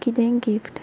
किदेंय गिफ्ट